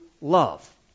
love